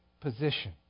position